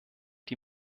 die